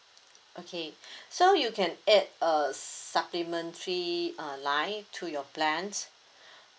okay so you can add a supplementary uh line to your plan